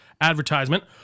advertisement